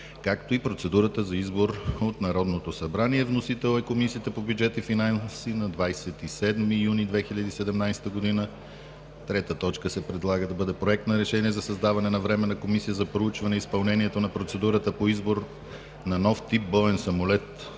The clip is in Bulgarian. както и процедурата за избор от Народното събрание. Вносител е Комисията по бюджет и финанси на 27 юни 2017 г. 3. Проект на решение за създаване на Временна комисия за проучване изпълнението на процедурата по избор на нов тип боен самолет.